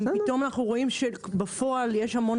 אם פתאום אנחנו רואים שבפועל יש המון בעיות.